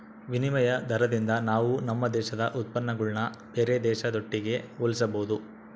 ವಿನಿಮಯ ದಾರದಿಂದ ನಾವು ನಮ್ಮ ದೇಶದ ಉತ್ಪನ್ನಗುಳ್ನ ಬೇರೆ ದೇಶದೊಟ್ಟಿಗೆ ಹೋಲಿಸಬಹುದು